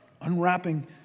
Unwrapping